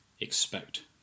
expect